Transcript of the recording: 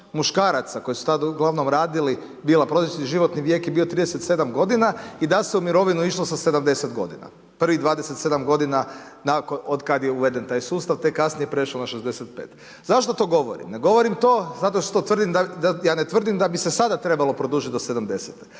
muškaraca koji su tada uglavnom radili bila prosječni životni vijek je bio 37 godina i da se u mirovinu išlo sa 70 godina. Prvih 27 godina otkad je uveden taj sustav tek kasnije prešlo na 65. Zašto to govorim? Ne govorim to zato što tvrdim da, ja ne tvrdim da bi se sada trebali produžiti do 70-te